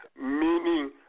Meaning